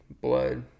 blood